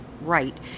right